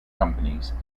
companies